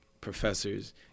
professors